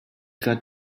got